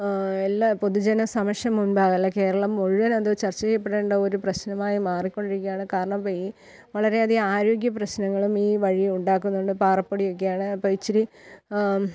എല്ലാ പൊതുജനസമക്ഷം മുൻപാകെ അല്ലെ കേരളം മുഴുവനത് ചർച്ച ചെയ്യപ്പെടേണ്ട ഒരു പ്രശ്നമായി മാറിക്കൊണ്ടിരിക്കുകയാണ് കാരണം വെയ് വളരെയധികം ആരോഗ്യ പ്രശ്നങ്ങളും ഈ വഴിയുണ്ടാക്കുന്നുണ്ട് പാറപ്പൊടിയൊക്കെയാണ് അപ്പം ഇച്ചിരി